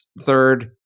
Third